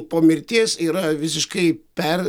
po mirties yra visiškai per